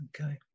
Okay